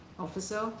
officer